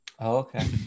okay